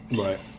Right